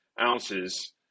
ounces